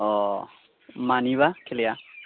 अ मानिबा खेलाया